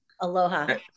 aloha